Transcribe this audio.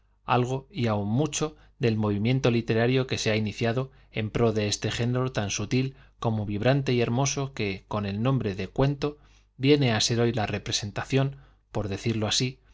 algo mucho del literario que se ha ini y aun movimiento ciada n pro de este género tan sutil como vibrante y hermoso quf con el nombre de cuento viene á ser hoy la representación por decirlo así